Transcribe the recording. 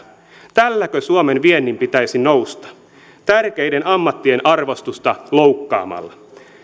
tälläkö suomen viennin pitäisi nousta tärkeiden ammattien arvostusta loukkaamalla